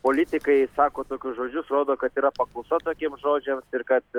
politikai sako tokius žodžius rodo kad yra paklausa tokiems žodžiams ir kad